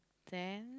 then